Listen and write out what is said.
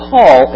Paul